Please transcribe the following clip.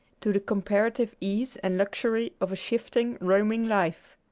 to the comparative ease and luxury of a shifting, roaming life.